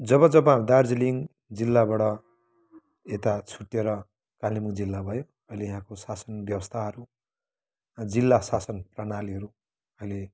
जब जब दार्जिलिङ जिल्लाबाट यता छुट्टेर कालिम्पोङ जिल्ला भयो अहिले यहाँको शासन व्यवस्थाहरू जिल्ला शासन प्रणालीहरू अहिले